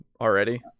already